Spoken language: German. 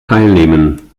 teilnehmen